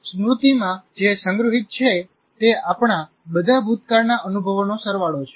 સ્મૃતિમાં જે સંગ્રહિત છે તે આપણા બધા ભૂતકાળના અનુભવોનો સરવાળો છે